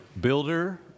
builder